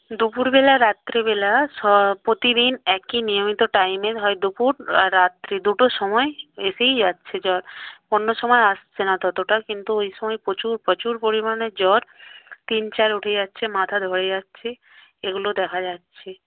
দুপুরবেলা রাত্রিবেলা প্রতিদিন একই নিয়মিত টাইমে হয় দুপুর রাত্রি দুটো সময়ে এসেই যাচ্ছে জ্বর অন্য সময় আসছে না ততটা কিন্তু ওই সময় প্রচুর প্রচুর পরিমাণে জ্বর তিন চার উঠে যাচ্ছে মাথা ধরে যাচ্ছে এগুলো দেখা যাচ্ছে